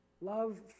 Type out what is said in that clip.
Love